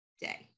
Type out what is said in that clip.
day